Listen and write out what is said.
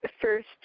first